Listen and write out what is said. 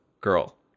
girl